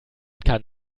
kann